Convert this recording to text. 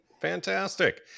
fantastic